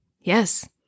Yes